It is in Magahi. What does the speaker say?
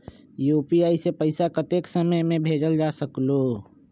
यू.पी.आई से पैसा कतेक समय मे भेजल जा स्कूल?